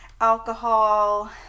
alcohol